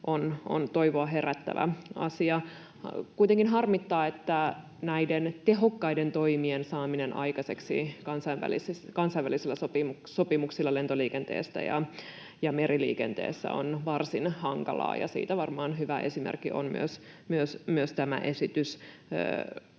on toivoa herättävä asia. Kuitenkin harmittaa, että näiden tehokkaiden toimien saaminen aikaiseksi kansainvälisillä sopimuksilla lentoliikenteessä ja meriliikenteessä on varsin hankalaa, ja siitä varmaan hyvä esimerkki on myös tämä esitys.